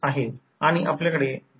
उदाहरणार्थ हे सर्किट घ्या